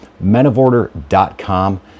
menoforder.com